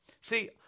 See